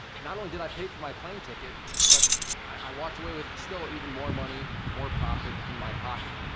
not only did i pay for my plane ticket, but i walked away with still, even more money, more profit, in my pocket.